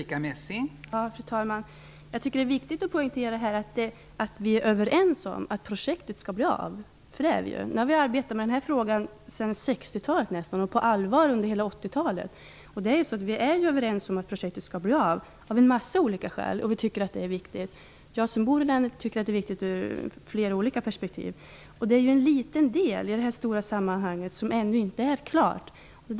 Fru talman! Jag tycker att det är viktigt att poängtera att vi är överens om att projektet skall bli av. Nu har vi arbetat med den här frågan nästan sedan 60-talet, och på allvar under hela 80-talet. Av en mängd olika skäl är vi överens om att projektet skall bli av, och vi tycker att det är viktigt. Jag som bor i länet tycker att det är viktigt ur flera olika perspektiv. Det är en liten del, i det här stora sammanhanget, som ännu inte är klar.